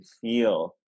feel